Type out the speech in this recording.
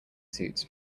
suits